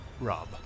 Rob